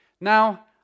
Now